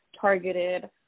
targeted